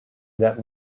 that